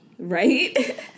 Right